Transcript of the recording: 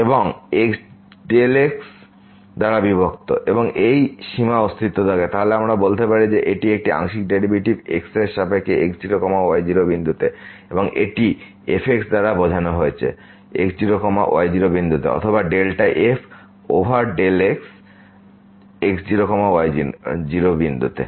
এবং xদ্বারা বিভক্ত এবং এই সীমা অস্তিত্ব থাকে তাহলে আমরা বলতে পারি যে এটিএকটি আংশিক ডেরিভেটিভ x এর সাপেক্ষে x0y0 বিন্দুতে এবং এটি fx দ্বারা বোঝানো হয়েছে x0y0 বিন্দুতে অথবা delta f over x x0y0 বিন্দুতে